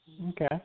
Okay